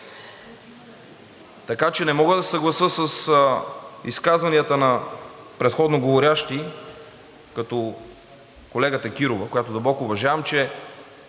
Така че не мога да се съглася с изказванията на предходноговорящите, като колегата Кирова, която дълбоко уважавам, че